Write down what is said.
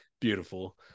beautiful